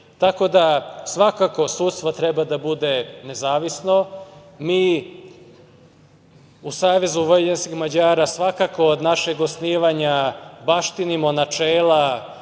Tako da, svakako, sudstvo treba da bude nezavisno. Mi u Savezu vojvođanskih Mađara, svakako, od našeg osnivanja baštinimo načela